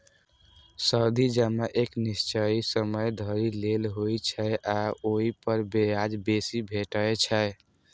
सावधि जमा एक निश्चित समय धरि लेल होइ छै आ ओइ पर ब्याज बेसी भेटै छै